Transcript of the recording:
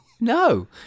no